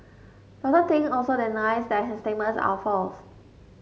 Doctor Ting also denies that his statements are false